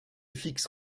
fixe